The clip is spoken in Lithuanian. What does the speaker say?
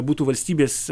būtų valstybės